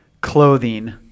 clothing